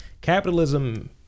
capitalism